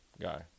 guy